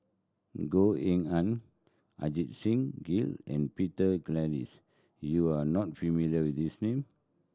Goh Eng Han Ajit Singh Gill and Peter Gilchrist you are not familiar with these name